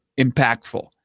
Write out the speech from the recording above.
impactful